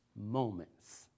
Moments